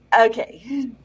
Okay